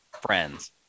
friends